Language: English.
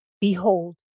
Behold